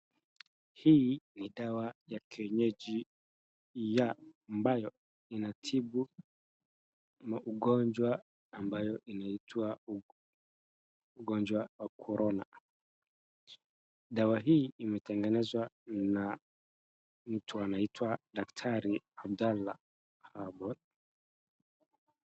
Hii ni dawa ya kienyeji ya ambayo inatibu magonjwa ambayo inaitwa ugonjwa wa Korona. Dawa hii imetengenezwa na mtu anaitwa Daktari Abdalla.